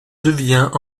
devient